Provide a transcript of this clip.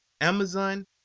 Amazon